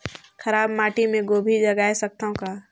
खराब माटी मे गोभी जगाय सकथव का?